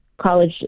college